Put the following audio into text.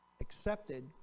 accepted